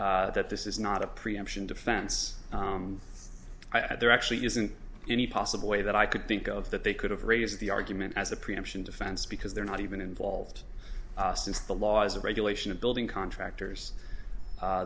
that this is not a preemption defense i there actually isn't any possible way that i could think of that they could have raised the argument as a preemption defense because they're not even involved since the laws or regulation of building